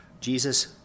Jesus